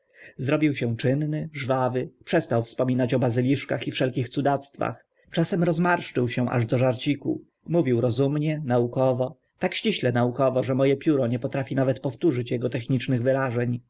zrobił się czynny żwawy przestał wspominać o bazyliszkach i wszelkich cudactwach czasem rozmarszczył się aż do żarciku mówił rozumnie naukowo tak ściśle naukowo że mo e pióro nie potrafi nawet powtórzyć ego technicznych wyrażeń